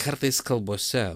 kartais kalbose